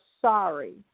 sorry